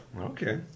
Okay